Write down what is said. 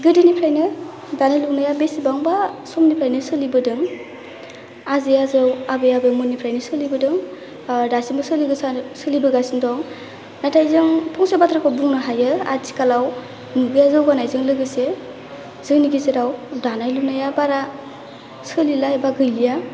गोदोनिफ्रायनो दानाय लुनाया बेसेबांबा समनिफ्रायनो सोलिबोदों आजै आजौ आबै आबौमोननिफ्रायनो सोलिबोदों आरो दासिमबो सोलिगासिनो दं नाथाय जों फंसे बाथ्राखौ बुंनो हायो आथिखालाव मुगाया जौगानायजों लोगोसे जोंनि गेजेराव दानाय लुनाया सोलिला एबा गैलिया